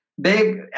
big